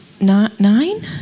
Nine